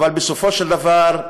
אבל בסופו של דבר,